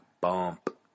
bump